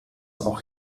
auch